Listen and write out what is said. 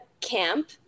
camp